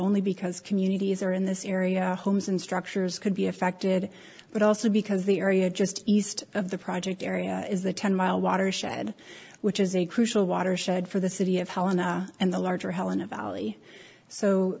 only because communities are in this area homes and structures could be affected but also because the area just east of the project area is the ten mile watershed which is a crucial watershed for the city of helena and the larger helena valley so